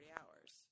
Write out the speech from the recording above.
hours